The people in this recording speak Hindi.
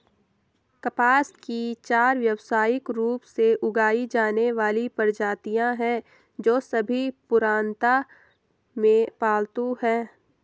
कपास की चार व्यावसायिक रूप से उगाई जाने वाली प्रजातियां हैं, जो सभी पुरातनता में पालतू हैं